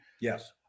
Yes